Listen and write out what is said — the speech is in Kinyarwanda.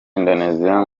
indonesia